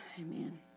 Amen